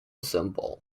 cymbal